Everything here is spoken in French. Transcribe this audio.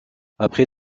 après